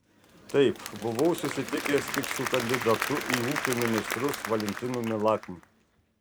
taip buvau susitikęs tik su kandidatu į ūkio ministrus valentinu milakniu